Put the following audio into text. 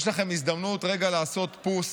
יש לכם הזדמנות רגע לעשות פוס,